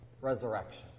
resurrection